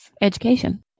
education